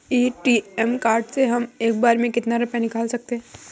ATM card से हम एक बार में कितना रुपया निकाल सकते हैं?